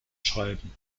schreiben